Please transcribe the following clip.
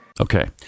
Okay